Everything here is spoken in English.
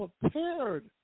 prepared